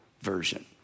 version